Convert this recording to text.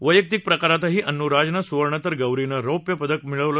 वैयक्तिक प्रकारातही अन्नू राजनं सुवर्ण तर गौरीनं रौप्य पदक मिळवलं